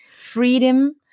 Freedom